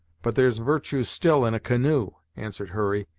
but there's virtue still in a canoe, answered hurry,